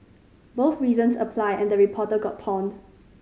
both reasons apply and the reporter got pawned